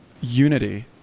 unity